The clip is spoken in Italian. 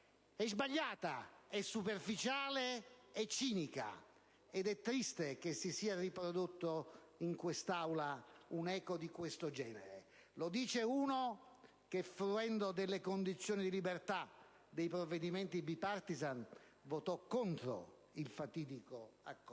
è sbagliata, superficiale e cinica, ed è triste che si sia riprodotta in quest'Aula un'eco di tal genere. Lo dice uno che, fruendo delle condizioni di libertà dei provvedimenti *bipartisan*, votò contro il fatidico accordo